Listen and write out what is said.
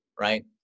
right